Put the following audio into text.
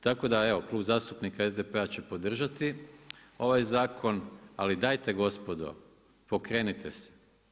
Tako da evo Klub zastupnika SDP-a će podržati ovaj zakon ali dajte gospodo, pokrenite se.